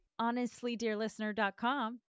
honestlydearlistener.com